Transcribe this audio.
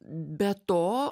be to